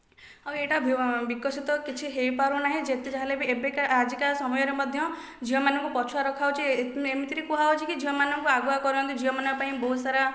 ଆଉ ଏଇଟା ବିକଶିତ କିଛି ହୋଇ ପାରୁନାହିଁ ଯେତେ ଯାହା ହେଲେ ବି ଏବେ କା ଆଜି କା ସମୟରେ ମଧ୍ୟ ଝିଅ ମାନଙ୍କୁ ପଛୁଆ ରଖା ଯାଉଛି ଏମିତିରେ କୁହାଯାଉଛି କି ଝିଅ ମାନକୁ ଆଗୁଆ କରନ୍ତୁ ଝିଅ ମାନଙ୍କ ପାଇଁ ବହୁତସାରା